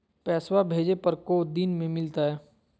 पैसवा भेजे पर को दिन मे मिलतय?